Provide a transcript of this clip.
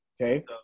Okay